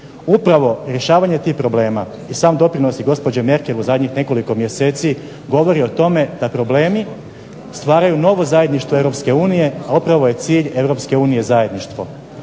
Upravo rješenje tih problema i sam doprinos gospođe Merkel u zadnjih nekoliko mjeseci govore o tome da problemi stvaraju novo zajedništvo Europske unije a upravo